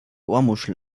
ohrmuschel